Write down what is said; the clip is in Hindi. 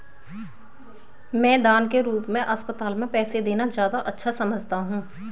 मैं दान के रूप में अस्पताल में पैसे देना ज्यादा अच्छा समझता हूँ